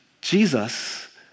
Jesus